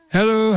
Hello